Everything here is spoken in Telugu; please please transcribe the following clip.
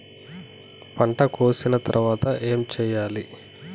పంట కోసిన తర్వాత ఏం చెయ్యాలి?